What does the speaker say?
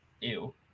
ew